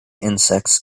insects